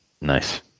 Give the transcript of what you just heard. Nice